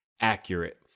accurate